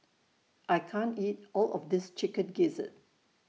I can't eat All of This Chicken Gizzard